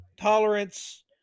tolerance